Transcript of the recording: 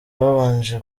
babanje